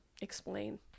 explain